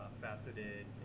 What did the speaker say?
faceted